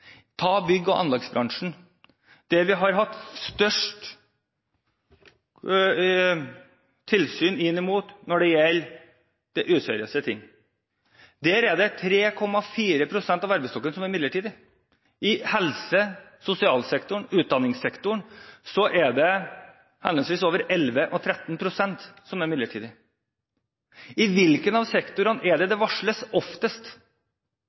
ta bygg- og anleggsbransjen, der det har vært mest tilsyn når det gjelder useriøse ting. Der er det 4,2 pst. av arbeidsstokken som er midlertidig ansatt. I helse- og sosialsektoren og i utdanningssektoren er det henholdsvis over 11 pst. og 13 pst. som er midlertidig ansatt. I hvilken av sektorene varsles det oftest?